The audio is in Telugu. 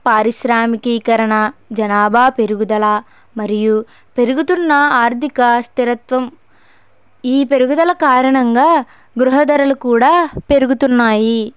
పారిశ్రామికీకరణ జనాభా పెరుగుదల మరియు పెరుగుతున్న ఆర్థిక స్థిరత్వం ఈ పెరుగుదల కారణంగా గృహ ధరలు కూడా పెరుగుతున్నాయి